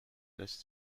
lässt